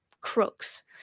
Crooks